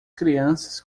crianças